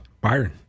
Byron